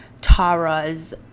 Tara's